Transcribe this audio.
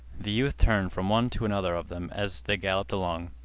the youth turned from one to another of them as they galloped along.